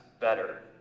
better